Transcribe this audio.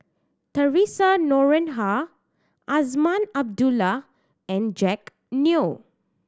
Theresa Noronha Azman Abdullah and Jack Neo